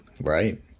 Right